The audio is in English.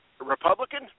Republican